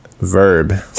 Verb